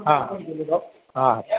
हां हां